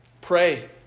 Pray